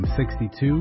62